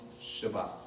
Shabbat